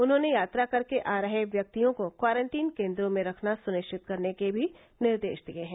उन्होंने यात्रा करके आ रहे व्यक्तियों को क्वारंटीन केंद्रों में रखना सनिश्चित करने के भी निर्देश दिए हैं